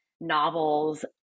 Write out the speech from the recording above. novels